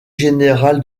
général